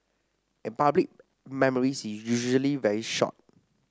and public memory is usually very short